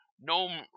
gnome